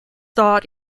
thought